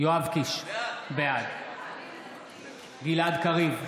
יואב קיש, בעד גלעד קריב,